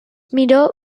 miró